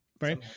right